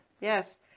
yes